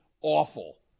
awful